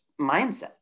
mindset